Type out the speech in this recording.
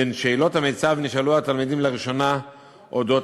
בין שאלות המיצ"ב נשאלו התלמידים לראשונה על אודות